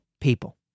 people